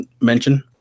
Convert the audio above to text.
mention